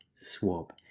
swab